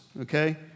okay